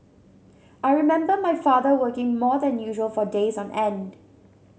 I remember my father working more than usual for days on end